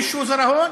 (אומר בערבית: